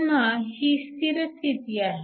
पुन्हा ही स्थिर स्थिती आहे